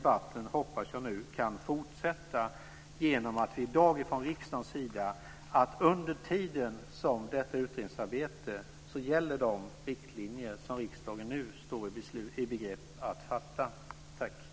Jag hoppas att den debatten kan fortsätta. Under tiden som utredningsarbetet pågår gäller de riktlinjer som riksdagen nu står i begrepp att fatta beslut om.